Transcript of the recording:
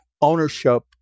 ownership